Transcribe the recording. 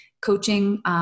coaching